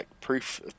proof